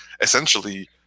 essentially